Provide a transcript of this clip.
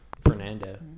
Fernando